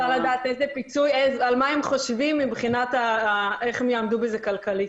אפשר לדעת על מה הם חושבים מבחינת איך הם יעמדו בזה כלכלית.